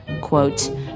quote